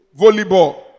volleyball